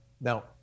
Now